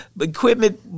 equipment